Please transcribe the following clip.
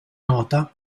nota